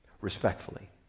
Respectfully